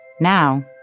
Now